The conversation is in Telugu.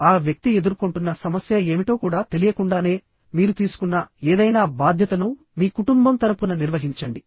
ఆ వ్యక్తి ఎదుర్కొంటున్న సమస్య ఏమిటో కూడా తెలియకుండానే మీరు తీసుకున్న ఏదైనా బాధ్యతను మీ కుటుంబం తరపున నిర్వహించండి